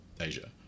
Asia